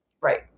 Right